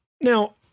now